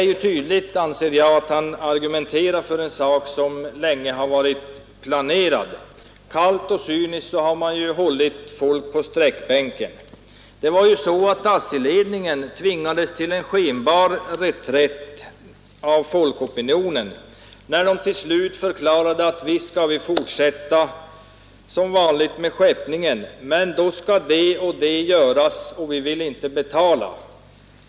Det är tydligt, anser jag, att han argumenterar för en sak som länge har varit planerad. Kallt och cyniskt har man hållit folk på sträckbänken. ASSI-ledningen tvingades av folkopinionen till en skenbar reträtt. Till sist förklarade man att man skulle fortsätta som vanligt med skeppningen, om det och det gjordes, men man ville inte betala.